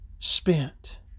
Spent